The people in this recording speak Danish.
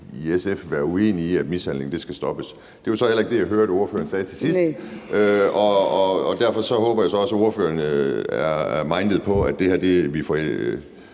SF være uenige i, at mishandling skal stoppes? Det var så heller ikke det, jeg hørte at ordføreren sagde til sidst, og derfor håber jeg så også, at ordføreren er minded for, at vi får